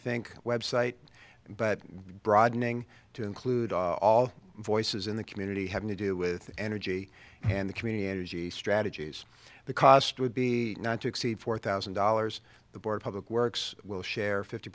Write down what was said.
think website but broadening to include all voices in the community having to do with energy and the community energy strategies the cost would be not to exceed four thousand dollars the board works we'll share fifty